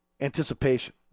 Anticipation